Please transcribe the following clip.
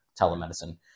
telemedicine